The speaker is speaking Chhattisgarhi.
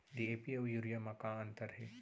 डी.ए.पी अऊ यूरिया म का अंतर हे?